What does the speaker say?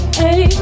hey